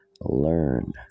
learn